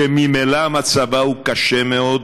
שממילא מצבה קשה מאוד,